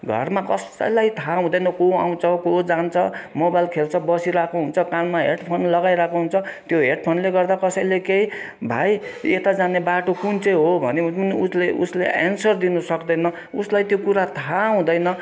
घरमा कसैलाई थाहा हुँदैन को आउँछ को जान्छ मोबाइल खेल्छ बसिरहेको हुन्छ कानमा हेड फोन लगाइरहेको हुन्छ त्यो हेडफोनले गर्दा कसैले केही भाइ यता जाने बाटो कुन चाहिँ हो भन्यो भने पनि उसले एन्सर दिनु सक्दैन उसलाई त्यो कुरा थाहा हुँदैन